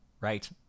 Right